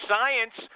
Science